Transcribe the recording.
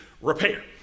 repair